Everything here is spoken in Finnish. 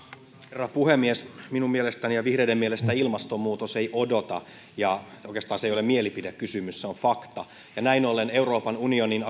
herra puhemies minun mielestäni ja vihreiden mielestä ilmastonmuutos ei odota oikeastaan se ei ole mielipidekysymys se on fakta näin ollen euroopan unionin